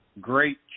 great